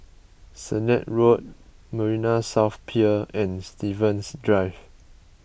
Sennett Road Marina South Pier and Stevens Drive